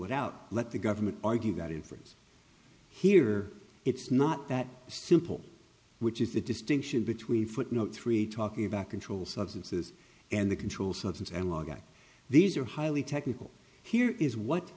it out let the government argue that inference here it's not that simple which is the distinction between footnote three talking about controlled substances and the controlled substance analog these are highly technical here is what